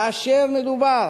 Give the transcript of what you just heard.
כאשר מדובר